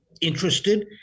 interested